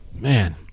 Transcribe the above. man